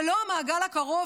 זה לא המעגל הקרוב,